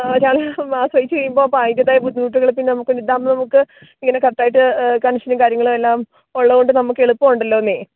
ഒരാളെ ആശ്രയിച്ച കഴിയുമ്പോൾ അതിൻ്റെതായ ബുദ്ധിമുട്ടുകൾ പിന്നെ നമുക്ക് ഇതാകുമ്പോൾ നമുക്ക് ഇങ്ങനെ കറക്റ്റായിട്ട് കണക്ഷനും കാര്യങ്ങളും എല്ലാം ഉള്ളത് കൊണ്ട് നമുക്ക് എളുപ്പമുണ്ടല്ലൊ